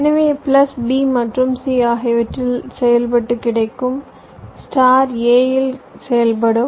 எனவே plus B மற்றும் C ஆகியவற்றில் செயல்பட்ட உடன் நீங்கள் சிலவற்றை பெறலாம் மற்றும் ஸ்டார் A இல் செயல்படும்